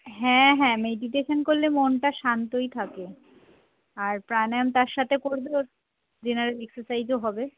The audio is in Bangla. হ্যাঁ হ্যাঁ মেডিটেশন করলে মনটা শান্তই থাকে আর প্রাণায়াম তার সাথে করলে ওর জেনারেল এক্সারসাইজও হবে